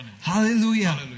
Hallelujah